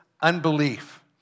unbelief